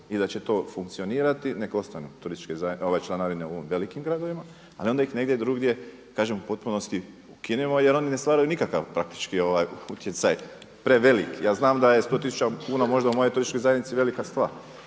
i da će to funkcionirati nek' ostanu turističke članarine u velikim gradovima, ali onda ih negdje drugdje kažem u potpunosti ukinimo jer oni ne stvaraju nikakav praktički utjecaj preveliki. Ja znam da je sto tisuća kuna možda u mojoj turističkoj zajednici velika stvar.